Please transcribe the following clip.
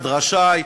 ראש עיר אחד רשאי,